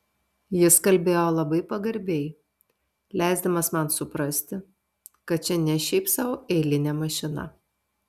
jis kalbėjo labai pagarbiai leisdamas man suprasti kad čia ne šiaip sau eilinė mašina